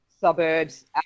suburbs